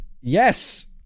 Yes